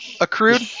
accrued